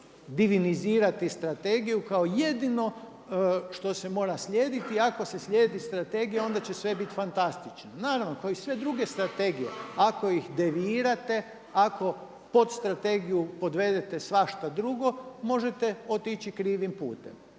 divinizirati Strategiju kao jedino što se mora slijediti. Ako se slijedi Strategija onda će sve biti fantastično. Naravno kao i sve druge strategije ako ih devirate, ako pod strategiju podvedete svašta drugo možete otići krivim putem